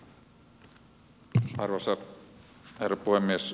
arvoisa herra puhemies